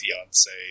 fiance